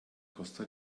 costa